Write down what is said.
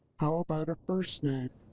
how about a first name?